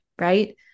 right